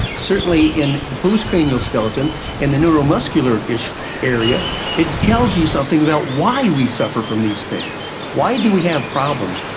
certainly in the postcranial skeleton in the neuromuscular area it tells you something about why we suffer from these things. why do we have problems?